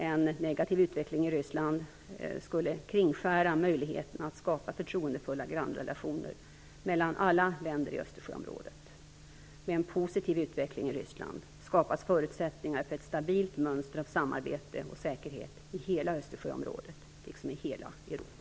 En negativ utveckling i Ryssland skulle kringskära möjligheterna att skapa förtroendefulla grannrelationer mellan alla länder i Östersjöområdet. Med en positiv utveckling i Ryssland skapas förutsättningar för ett stabilt mönster av samarbete och säkerhet i hela Östersjöområdet, liksom i hela Europa.